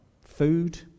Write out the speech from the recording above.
Food